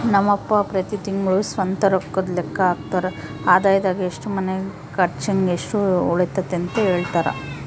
ನಮ್ ಅಪ್ಪ ಪ್ರತಿ ತಿಂಗ್ಳು ಸ್ವಂತ ರೊಕ್ಕುದ್ ಲೆಕ್ಕ ಹಾಕ್ತರ, ಆದಾಯದಾಗ ಎಷ್ಟು ಮನೆ ಕರ್ಚಿಗ್, ಎಷ್ಟು ಉಳಿತತೆಂತ ಹೆಳ್ತರ